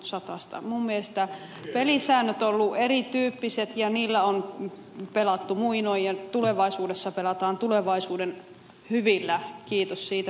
minun mielestäni pelisäännöt ovat olleet erityyppiset ja niillä on pelattu muinoin ja tulevaisuudessa pelataan tulevaisuuden hyvillä pelisäännöillä kiitos siitä ministeri